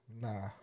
Nah